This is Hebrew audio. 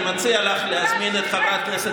אני מציע לך להזמין את חברת הכנסת